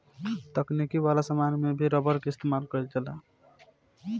तकनीक वाला समान में भी रबर के इस्तमाल कईल जाता